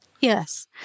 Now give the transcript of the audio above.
Yes